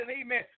amen